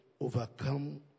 overcome